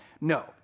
No